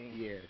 Yes